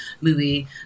movie